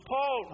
Paul